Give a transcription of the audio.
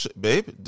babe